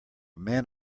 man